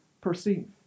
perceive